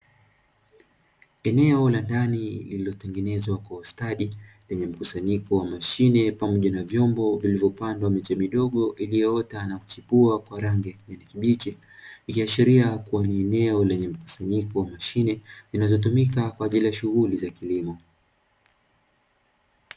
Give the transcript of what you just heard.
Eneo la ndani lililotengenezwa kwa ustadi lenye mkusanyiko wa mashine pamoja na vyombo vinavyo pandwa miche midogo iliyoota na kuchipua kwa rangi ya kijani kibichi. Ikiashiria kua ni eneo lenye mkusanyiko wa mashine zinazo tumika kwaajili ya shughuli za kilimo